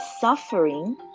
suffering